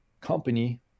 company